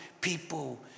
people